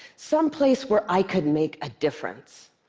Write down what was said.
someplace where i could make a difference.